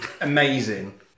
amazing